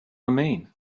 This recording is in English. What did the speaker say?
mean